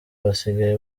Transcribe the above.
basigaye